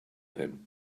him